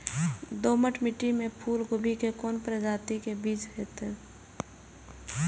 दोमट मिट्टी में फूल गोभी के कोन प्रजाति के बीज होयत?